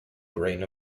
grain